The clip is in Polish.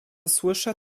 słyszę